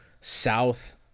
south